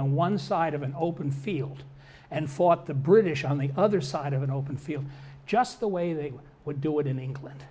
on one side of an open field and fought the british on the other side of an open field just the way they would do it in england